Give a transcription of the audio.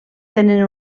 tenen